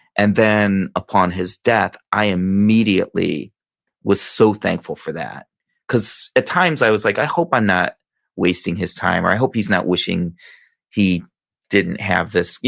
and then, upon his death, i immediately was so thankful for that because at times i was like, i hope i'm ah not wasting his time. or i hope he's not wishing he didn't have this.